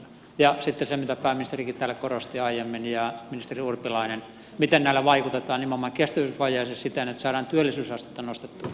ja sitten se mitä pääministerikin täällä korosti aiemmin ja ministeri urpilainen miten näillä vaikutetaan nimenomaan kestävyysvajeeseen siten että saadaan työllisyysastetta nostettua